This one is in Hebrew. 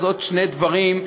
אז עוד שני דברים: